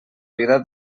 vida